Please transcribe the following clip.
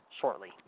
shortly